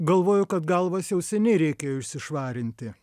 galvoju kad galvas jau seniai reikėjo isišvarinti